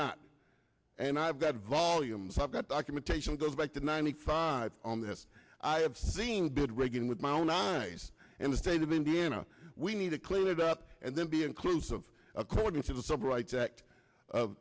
not and i've got volumes i've got documentation goes back to ninety five on this i have seen bid rigging with my own eyes and the state of indiana we need to clean it up and then be inclusive according to the sub rights act of